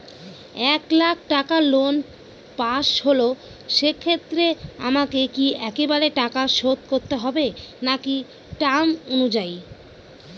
এক লাখ টাকা loan pass হল সেক্ষেত্রে আমাকে কি একবারে টাকা শোধ করতে হবে নাকি টার্ম অনুযায়ী?